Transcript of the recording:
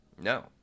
No